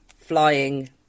flying